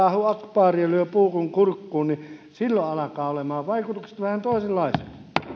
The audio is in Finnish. ja lyö puukon kurkkuun niin silloin alkaa olemaan vaikutukset vähän toisenlaiset